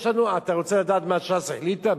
אתה רוצה לדעת מה ש"ס החליטה?